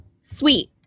Sweet